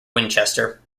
winchester